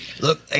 Look